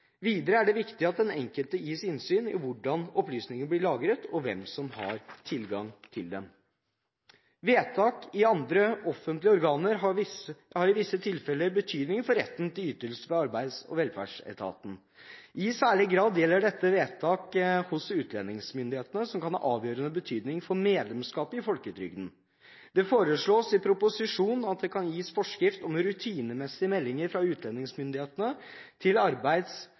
Videre er det viktig at den enkelte gis innsyn i hvordan opplysninger blir lagret og hvem som har tilgang til dem. Vedtak i andre offentlige organer har i visse tilfeller betydning for retten til ytelser ved Arbeids- og velferdsetaten. I særlig grad gjelder dette vedtak hos utlendingsmyndighetene, som kan ha avgjørende betydning for medlemskapet i folketrygden. Det foreslås i proposisjonen at det kan gis forskrift om rutinemessige meldinger fra utlendingsmyndighetene til Arbeids-